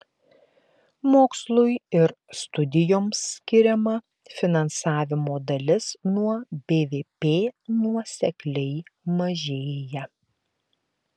mokslui ir studijoms skiriama finansavimo dalis nuo bvp nuosekliai mažėja